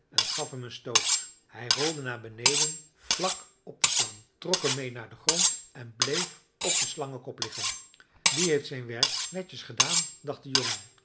en gaf hem een stoot hij rolde naar beneden vlak op de slang trok hem meê naar den grond en bleef op den slangenkop liggen die heeft zijn werk netjes gedaan dacht de jongen